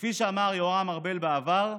כפי שאמר יורם ארבל בעבר,